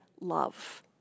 love